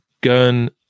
gun